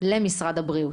למשרד הבריאות.